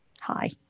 hi